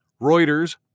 Reuters